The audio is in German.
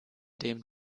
dem